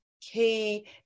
key